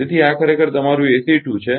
તેથી આ ખરેખર તમારું ACE 2 છે